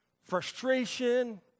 frustration